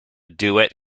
duet